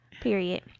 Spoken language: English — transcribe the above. Period